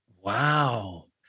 Wow